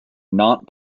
not